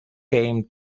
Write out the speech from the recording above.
came